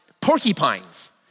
porcupines